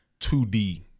2d